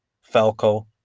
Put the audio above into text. Falco